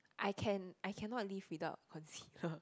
I can I cannot live without concealer